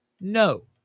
No